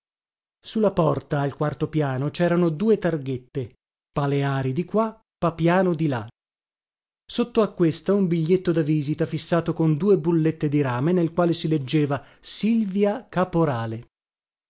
la porta al quarto piano cerano due targhette paleari di qua papiano di là sotto a questa un biglietto da visita fissato con due bullette di rame nel quale si leggeva silvia caporale